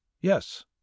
Yes